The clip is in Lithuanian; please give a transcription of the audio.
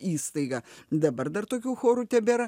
įstaigą dabar dar tokių chorų tebėra